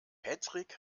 patrick